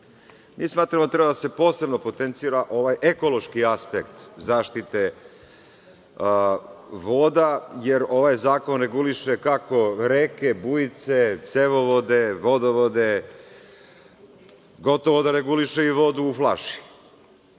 da treba da se posebno potencira ovaj ekološki aspekt zaštite voda, jer ovaj zakon reguliše kako reke, bujice, cevovode, vodovode, gotovo da reguliše i vodu u flaši.